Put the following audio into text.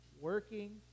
working